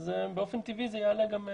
אז באופן טבעי זה גם יעלה בדיונים.